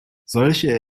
solche